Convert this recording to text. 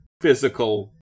Physical